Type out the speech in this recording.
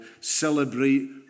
Celebrate